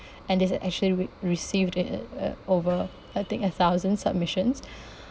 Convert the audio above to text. and that's actually re~ received it uh uh over I think a thousand submissions